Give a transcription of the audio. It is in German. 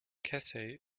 casey